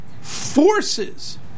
forces